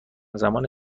زمان